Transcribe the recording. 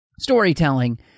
storytelling